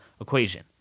equation